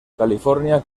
california